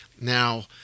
Now